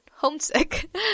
Homesick